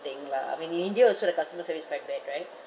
thing lah I mean in india also the customer service is quite bad right